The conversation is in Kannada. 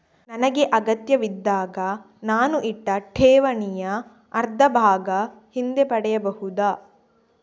ನನಗೆ ಅಗತ್ಯವಿದ್ದಾಗ ನಾನು ಇಟ್ಟ ಠೇವಣಿಯ ಅರ್ಧಭಾಗ ಹಿಂದೆ ಪಡೆಯಬಹುದಾ?